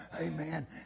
amen